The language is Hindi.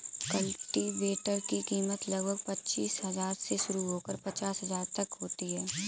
कल्टीवेटर की कीमत लगभग पचीस हजार से शुरू होकर पचास हजार तक होती है